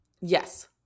Yes